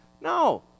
No